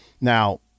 Now